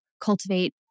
cultivate